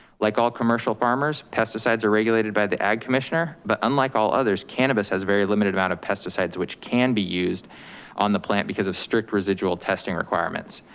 like all commercial farmers, pesticides are regulated by the ag commissioner, but unlike all others, cannabis has very limited amount of pesticides which can be used on the plant because of strict residual testing requirements.